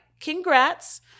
Congrats